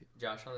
Josh